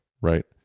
right